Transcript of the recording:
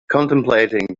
contemplating